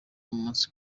umunsi